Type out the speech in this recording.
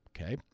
Okay